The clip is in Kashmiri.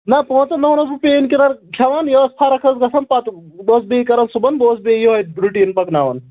نا پانٛژَن دۄہَن اوسُس بہٕ پین کِلَر کھٮ۪وان یہِ ٲس فَرَق ٲسۍ گژھان پَتہٕ بہٕ ٲس بیٚیہِ کَران صُبحن بہٕ اوسُس بیٚیہِ یوٚہَے رُٹیٖن پَکناوان